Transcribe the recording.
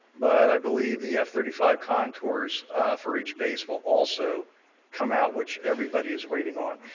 but i believe the f thirty five contours for each base will also come out, which everybody is waiting on.